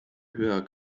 höher